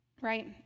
right